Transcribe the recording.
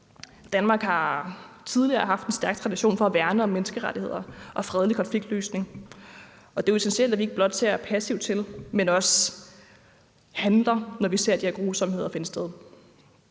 Danmark har tidligere haft en stærk tradition for at værne om menneskerettigheder og fredelig konfliktløsning, og det er jo essentielt, at vi ikke blot ser passivt til, men også handler, når vi ser de her grusomheder finde sted.